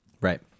Right